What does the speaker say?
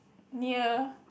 near